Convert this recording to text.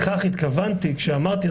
לכך התכוונתי כשאמרתי,